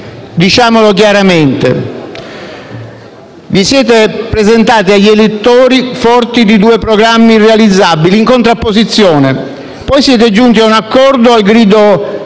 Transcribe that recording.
Diciamolo chiaramente: vi siete presentati agli elettori forti di due programmi irrealizzabili, in contrapposizione. Poi siete giunti a un accordo al grido